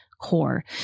core